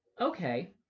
Okay